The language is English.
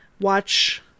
watch